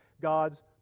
God's